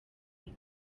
iyi